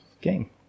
game